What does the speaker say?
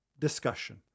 discussion